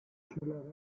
schneller